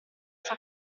ciò